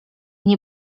nie